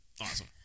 Awesome